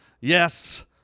Yes